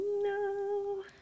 no